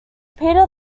peter